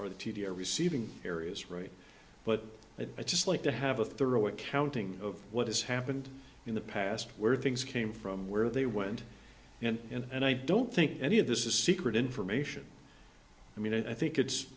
or the t d or receiving areas right but i just like to have a thorough accounting of what has happened in the past where things came from where they went in and i don't think any of this is secret information i mean i think it's